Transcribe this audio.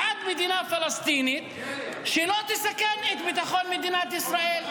הוא בעד מדינה פלסטינית שלא תסכן את ביטחון מדינת ישראל.